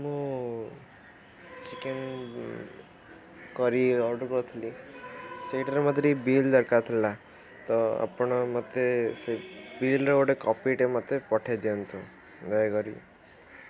ମୁଁ ଚିକେନ କରି ଅର୍ଡ଼ର କରିଥିଲି ସେଇଟାରେ ମୋତେ ଟିକେ ବିଲ୍ ଦରକାର ଥିଲା ତ ଆପଣ ମୋତେ ସେ ବିଲ୍ର ଗୋଟେ କପିଟେ ମୋତେ ପଠାଇ ଦିଅନ୍ତୁ ଦୟାକରି